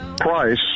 Price